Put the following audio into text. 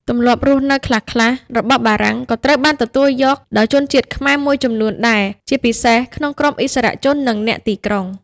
ទម្លាប់រស់នៅខ្លះៗរបស់បារាំង ក៏ត្រូវបានទទួលយកដោយជនជាតិខ្មែរមួយចំនួនដែរ ជាពិសេសក្នុងក្រុមឥស្សរជន និងអ្នកទីក្រុង។